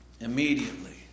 Immediately